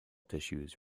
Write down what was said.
tissues